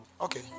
Okay